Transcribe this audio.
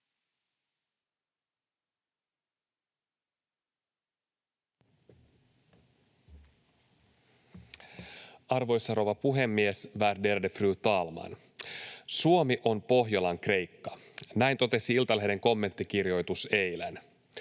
Arvoisa rouva puhemies, värderade fru talman! ”Suomi on Pohjolan Kreikka”, näin totesi Iltalehden kommenttikirjoitus eilen.